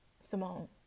Simone